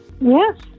Yes